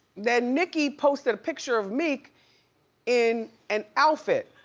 then nicki posted a picture of meek in an outfit.